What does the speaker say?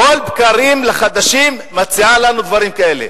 שחדשות לבקרים מציעה לנו דברים כאלה,